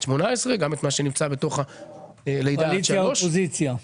18. גם את מה שנמצא בתוך הלידה עד 3. קואליציה אופוזיציה.